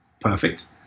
Perfect